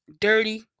dirty